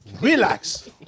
Relax